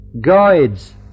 guides